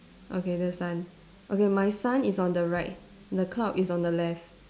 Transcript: okay the sun okay my sun is on the right the cloud is on the left